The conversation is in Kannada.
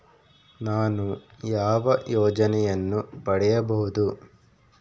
ನಾನು ಯಾವ ಯೋಜನೆಯನ್ನು ಪಡೆಯಬಹುದು?